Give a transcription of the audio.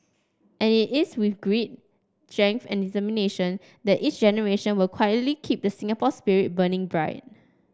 and it is with grit and determination that each generation will quietly keep the Singapore spirit burning bright